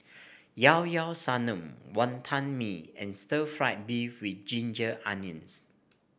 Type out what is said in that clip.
Llao Llao Sanum Wantan Mee and Stir Fried Beef with Ginger Onions